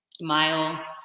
mile